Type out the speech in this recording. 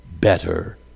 better